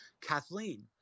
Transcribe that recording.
Kathleen